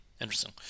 Interesting